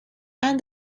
and